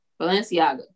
Balenciaga